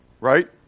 Right